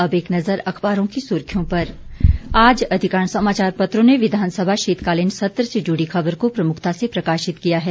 अब एक नजर अखबारों की सुर्खियों पर आज अधिकांश समाचार पत्रों ने विधानसभा शीतकालीन सत्र से जुड़ी खबर को प्रमुखता से प्रकाशित किया है